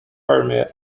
permit